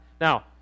Now